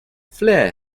flair